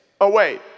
away